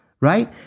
right